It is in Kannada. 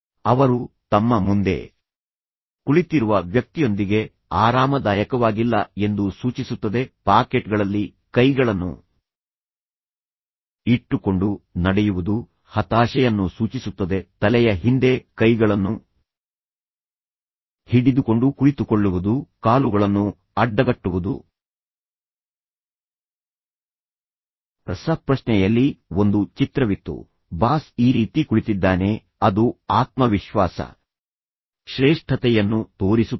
ಅವರು ತಮ್ಮ ಮುಂದೆ ಕುಳಿತಿರುವ ವ್ಯಕ್ತಿಯೊಂದಿಗೆ ಆರಾಮದಾಯಕವಾಗಿಲ್ಲ ಎಂದು ಸೂಚಿಸುತ್ತದೆ ಪಾಕೆಟ್ಗಳಲ್ಲಿ ಕೈಗಳನ್ನು ಇಟ್ಟುಕೊಂಡು ನಡೆಯುವುದು ಹತಾಶೆಯನ್ನು ಸೂಚಿಸುತ್ತದೆ ತಲೆಯ ಹಿಂದೆ ಕೈಗಳನ್ನು ಹಿಡಿದುಕೊಂಡು ಕುಳಿತುಕೊಳ್ಳುವುದು ಕಾಲುಗಳನ್ನು ಅಡ್ಡಗಟ್ಟುವುದು ರಸಪ್ರಶ್ನೆಯಲ್ಲಿ ಒಂದು ಚಿತ್ರವಿತ್ತು ಬಾಸ್ ಈ ರೀತಿ ಕುಳಿತಿದ್ದಾನೆ ಅದು ಆತ್ಮವಿಶ್ವಾಸ ಶ್ರೇಷ್ಠತೆಯನ್ನು ತೋರಿಸುತ್ತದೆ